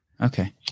Okay